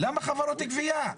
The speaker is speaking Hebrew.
למה חברות גבייה?